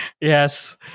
Yes